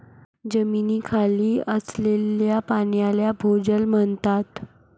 जमिनीखाली असलेल्या पाण्याला भोजल म्हणतात